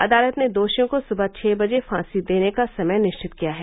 अदालत ने दोषियों को सुबह छः बजे फांसी देने का समय निश्चित किया है